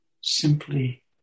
simply